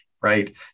right